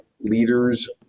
Leaders